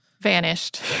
vanished